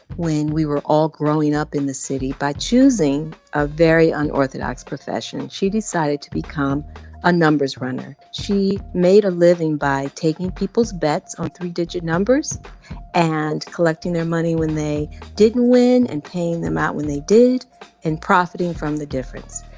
when we were all growing up in the city, by choosing a very unorthodox profession. she decided to become a numbers runner. she made a living by taking people's bets on three-digit numbers and collecting their money when they didn't win and paying them out when they did and profiting from the difference.